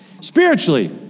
Spiritually